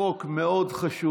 חוק מאוד חשוב.